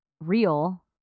real